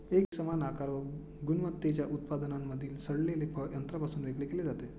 एकसमान आकार व गुणवत्तेच्या उत्पादनांमधील सडलेले फळ यंत्रापासून वेगळे केले जाते